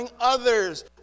others